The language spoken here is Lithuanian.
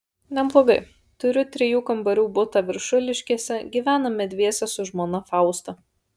neblogai turiu trijų kambarių butą viršuliškėse gyvename dviese su žmona fausta